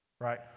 Right